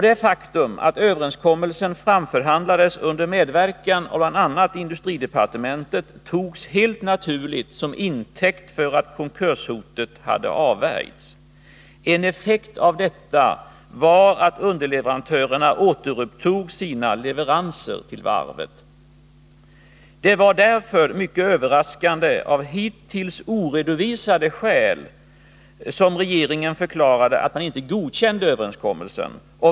Det faktum att överenskommelsen framförhandlades under medverkan av bl.a. industridepartementet togs helt naturligt som intäkt för att konkurshotet hade avvärjts. En effekt av detta var att underleverantörerna återupptog sina leveranser till varvet. Det var därför mycket överraskande att regeringen av hittills oredovisade skäl förklarade att den inte godkände överenskommelsen.